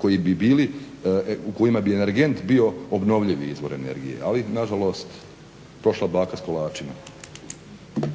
koji bi bili, u kojima bi energent bio obnovljivi izvor energije. Ali, nažalost prošla baka s kolačima.